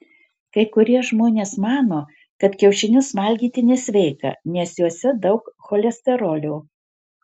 kai kurie žmonės mano kad kiaušinius valgyti nesveika nes juose daug cholesterolio